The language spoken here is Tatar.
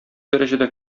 дәрәҗәдә